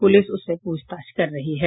police उससे पूछताछ कर रही है